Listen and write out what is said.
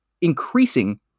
increasing